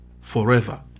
forever